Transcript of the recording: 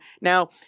Now